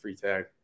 Freetag